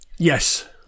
Yes